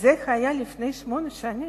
וזה היה לפני שמונה שנים.